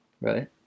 right